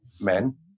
men